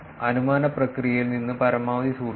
അനുമാന പ്രക്രിയയിൽ നിന്ന് പരമാവധി സുഹൃത്തുക്കൾ